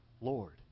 Lord